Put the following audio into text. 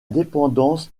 dépendance